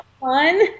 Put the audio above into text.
fun